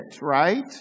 right